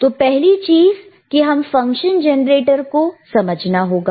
तो पहली चीज है कि हमें फंक्शन जनरेटर को समझना होगा